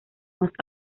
más